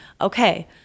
okay